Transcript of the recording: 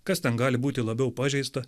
kas ten gali būti labiau pažeista